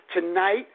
Tonight